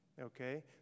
Okay